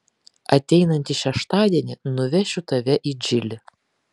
ateinantį šeštadienį nuvešiu tave į džilį